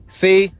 see